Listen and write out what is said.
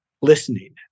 listening